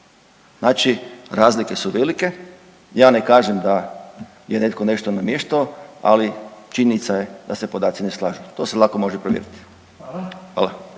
znači razlike su velike. Ja ne kažem da je netko nešto namještao, ali činjenica je da se podaci ne slažu. To se lako može provjeriti